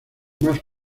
más